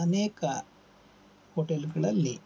ಅನೇಕ ಹೊಟೆಲುಗಳಲ್ಲಿ